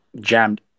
jammed